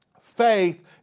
Faith